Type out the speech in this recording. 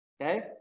okay